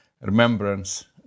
Remembrance